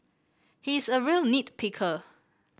he is a real nit picker